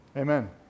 Amen